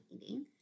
eating